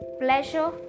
Pleasure